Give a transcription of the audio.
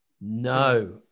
No